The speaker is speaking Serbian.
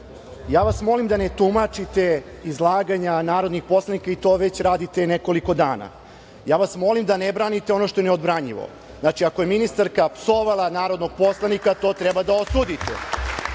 vas da ne tumačite izlaganja narodnih poslanika, vi to već radite nekoliko dana. Molim vas da ne branite ono što je neodbranjivo. Znači, ako je ministarka psovala narodnog poslanika, to treba da osudite.